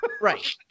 Right